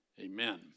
Amen